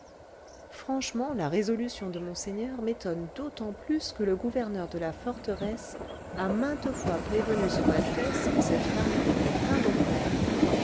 franchement la résolution de monseigneur m'étonne d'autant plus que le gouverneur de la forteresse a maintes fois prévenu son altesse que cette femme était indomptable